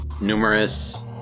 numerous